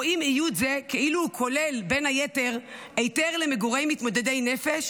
רואים ייעוד זה כאילו הוא כולל בין היתר היתר למגורי מתמודדי נפש